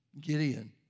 Gideon